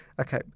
okay